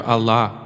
Allah